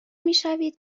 میشوید